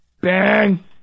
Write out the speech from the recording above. Bang